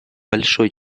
большой